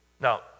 Now